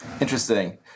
Interesting